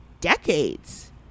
decades